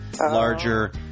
larger